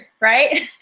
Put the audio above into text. right